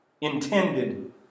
Intended